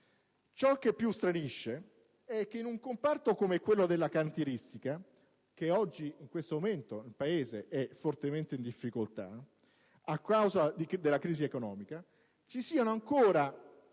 Ciò che più stranisce è che in un comparto come quello della cantieristica, che in questo momento nel Paese è fortemente in difficoltà a causa della crisi economica, ci siano abbastanza